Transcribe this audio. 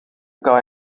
guy